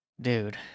dude